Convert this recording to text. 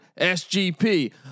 SGP